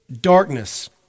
darkness